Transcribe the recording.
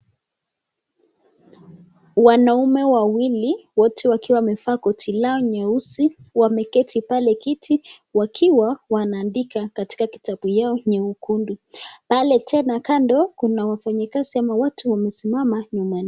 Wanaume wawili wote wakiwa wamevaa koti lao nyeusi. Wameketi pale kiti wakiwa wanaandika katika kitabu yao nyekundu. Pale tena kando kuna mfanyakazi ama watu wamesimama nyuma yao.